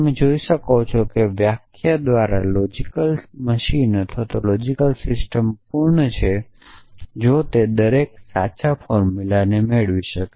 તમે જોઈ શકો છો કે વ્યાખ્યા દ્વારા લોજિક મશીન અથવા લોજિક સિસ્ટમ પૂર્ણ છે જો તે દરેક સાચા ફોર્મુલાને મેળવી શકે